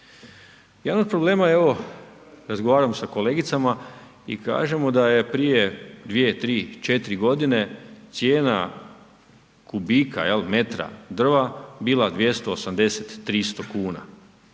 Jedan od problema je evo, razgovaram sa kolegicama i kažemo da je prije 2, 3, 4 g. cijena kubika jel, metra drva bila 280, 300 kuna.